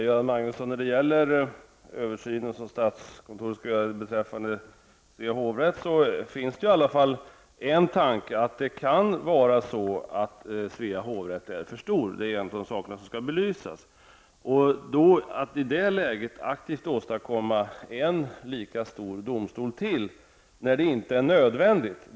Herr talman! En tanke bakom statskontorets översyn beträffande Svea hovrätt är att det kan vara så att hovrätten är för stor -- det är en av de frågor som skall belysas. Poängen i mitt resonemang är att det i det läget är olämpligt att aktivt verka för att åstadkomma en lika stor domstol till när det inte är nödvändigt.